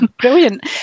Brilliant